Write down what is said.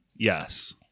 Yes